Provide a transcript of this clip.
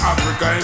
Africa